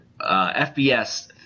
FBS